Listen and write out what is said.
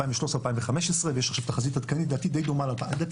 מ-2013-2015 ויש עכשיו תחזית עדכנית שלדעתי די דומה ל-2015,